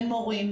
בין מורים,